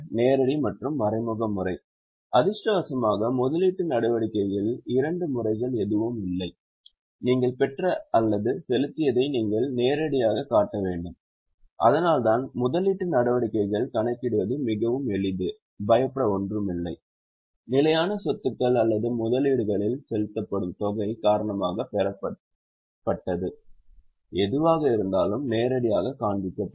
நேரடி மற்றும் மறைமுக முறை அதிர்ஷ்டவசமாக முதலீட்டு நடவடிக்கையில் இரண்டு முறைகள் எதுவும் இல்லை நீங்கள் பெற்ற அல்லது செலுத்தியதை நீங்கள் நேரடியாகக் காட்ட வேண்டும் அதனால்தான் முதலீட்டு நடவடிக்கைகளை கணக்கிடுவது மிகவும் எளிது பயப்பட ஒன்றுமில்லை நிலையான சொத்துக்கள் அல்லது முதலீடுகளில் செலுத்தப்படும் தொகை காரணமாக பெறப்பட்டது எதுவாக இருந்தாலும் நேரடியாகக் காண்பிக்கப்படும்